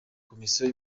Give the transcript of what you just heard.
komisiyo